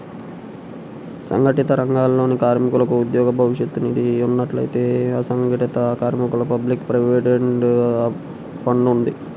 సంఘటిత రంగాలలోని కార్మికులకు ఉద్యోగ భవిష్య నిధి ఉన్నట్టే, అసంఘటిత కార్మికులకు పబ్లిక్ ప్రావిడెంట్ ఫండ్ ఉంది